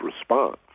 response